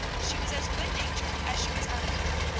she was as good-natured as she was uncouth,